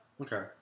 Okay